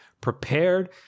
prepared